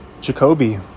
Jacoby